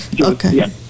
Okay